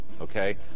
Okay